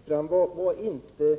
Herr talman! Den sista siffran var inte